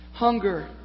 Hunger